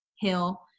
hill